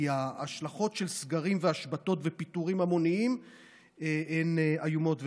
כי ההשלכות של סגרים והשבתות ופיטורים המוניים הן איומות ונוראות.